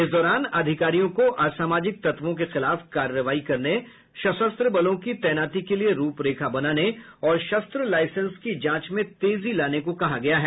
इस दौरान अधिकारियों को असामाजिक तत्वों के खिलाफ कार्रवाई करने सशस्त्र बलों की तैनाती के लिए रूप रेखा बनाने और शस्त्र लाईसेंस की जांच में तेजी लाने को कहा गया है